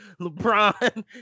LeBron